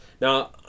Now